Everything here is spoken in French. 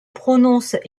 prononce